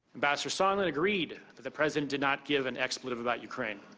ambassador sondland agreed that the president did not give an expletive about ukraine.